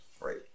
Right